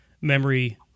memory